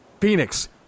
Phoenix